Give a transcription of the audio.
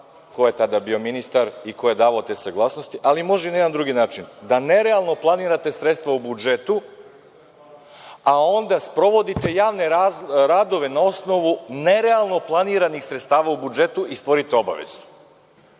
ko je tada bio ministar i ko je davao te saglasnosti, ali može i na jedan drugi način, da nerealno planirate sredstva u budžetu, a onda sprovodite javne radove na osnovu nerealno planiranih sredstava u budžetu i stvorite obavezu.